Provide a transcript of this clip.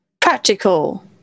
practical